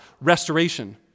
restoration